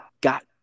got